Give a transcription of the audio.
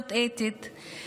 התנהגות לא אתית,